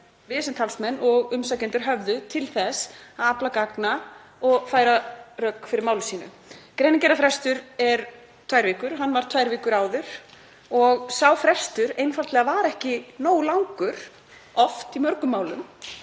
sem umsækjendur höfðu til þess að afla gagna og færa rök fyrir máli sínu. Greinargerðarfrestur er tvær vikur, hann var tvær vikur áður og sá frestur var oft einfaldlega ekki nógu langur í mörgum málum